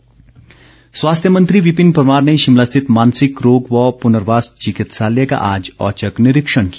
विपिन परमार स्वास्थ्य मंत्री विपिन परमार ने शिमला स्थित मानसिक रोग व पुनर्वास चिकित्सालय का आज औचक निरीक्षण किया